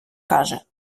каже